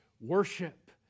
worship